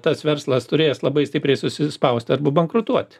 tas verslas turės labai stipriai susispaust arba bankrutuot